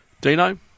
Dino